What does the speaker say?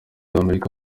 w’amerika